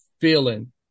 feeling